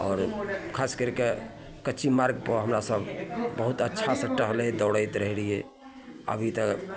आओर खास करिके कच्ची मार्गपर हमरासभ बहुत अच्छासे टहलैत दौड़ैत रहै रहिए अभी तऽ